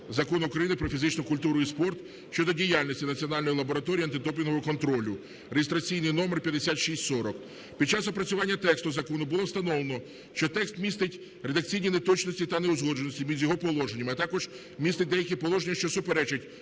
Закону України "Про фізичну культуру і спорт" щодо діяльності Національної лабораторії антидопінгового контролю" (реєстраційний номер 5640). Під час опрацювання тексту закону було встановлено, що текст містить редакційні неточності та неузгодженості між його положеннями, а також містить деякі положення, що суперечать